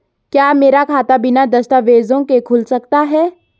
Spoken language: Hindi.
क्या मेरा खाता बिना दस्तावेज़ों के खुल सकता है?